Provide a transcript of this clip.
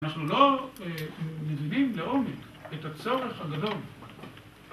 אנחנו לא מבינים לעומק את הצורך הגדול